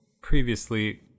previously